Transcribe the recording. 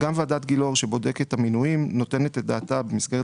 גילאור שבודקת את המינויים נותנת את דעתה במסגרת